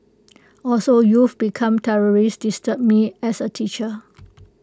also youth become terrorists disturb me as A teacher